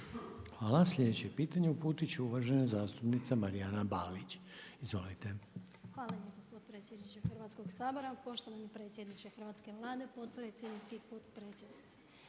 Hvala. Sljedeće pitanje uputiti će uvažena zastupnica Marijana Balić. Izvolite. **Balić, Marijana (HDZ)** Hvala lijepa potpredsjedniče Hrvatskoga sabora, poštovani predsjedniče hrvatske Vlade, potpredsjednici i potpredsjednice,